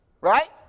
right